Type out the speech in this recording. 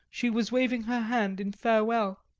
she was waving her hand in farewell.